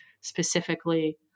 specifically